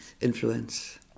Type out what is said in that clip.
influence